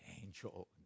angel